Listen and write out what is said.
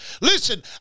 Listen